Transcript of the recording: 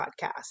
podcast